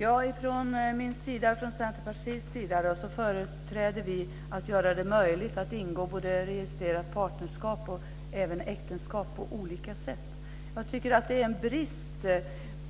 Fru talman! Från min och Centerpartiets sida företräder vi att göra det möjligt att ingå både ett registrerat partnerskap och äktenskap på olika sätt. Jag tycker att det är en brist